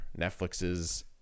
Netflix's